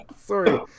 Sorry